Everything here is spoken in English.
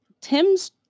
tim's